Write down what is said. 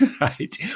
right